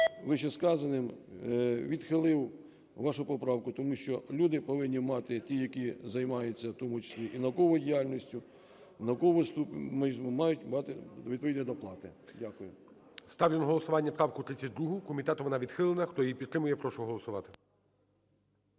вищесказаним, відхилив вашу поправку, тому що люди повинні мати, і ті, які займаються, в тому числі і науковою діяльністю, і науковий ступінь, мають мати відповідні доплати. Дякую. ГОЛОВУЮЧИЙ. Ставлю на голосування правку 32-у, комітетом вона відхилена. Хто її підтримує, прошу голосувати.